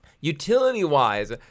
Utility-wise